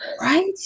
Right